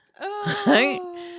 Right